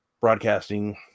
Broadcasting